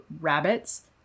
rabbits